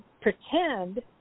pretend